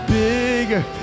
bigger